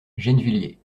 gennevilliers